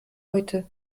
heute